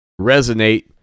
resonate